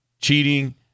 cheating